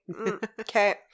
okay